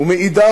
ומאידך,